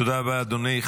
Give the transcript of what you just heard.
תודה רבה, אדוני.